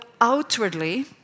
outwardly